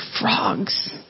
frogs